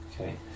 Okay